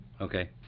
Okay